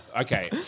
okay